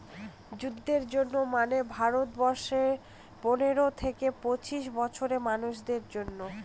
যুবদের জন্য মানে ভারত বর্ষে পনেরো থেকে পঁচিশ বছরের মানুষদের জন্য